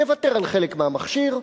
נוותר על חלק מהמכשיר,